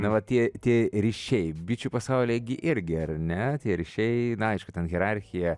na va tie tie ryšiai bičių pasaulyje gi irgi ar ne tie ryšiai aišku ten hierarchija